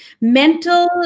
mental